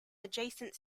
adjacent